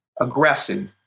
aggressive